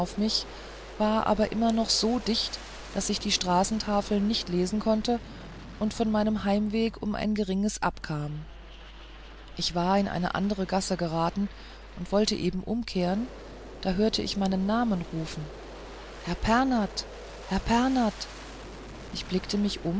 auf mich war aber immer noch so dicht daß ich die straßentafeln nicht lesen konnte und von meinem heimweg um ein geringes abkam ich war in eine andere gasse geraten und wollte eben umkehren da hörte ich meinen namen rufen herr pernath herr pernath ich blickte um mich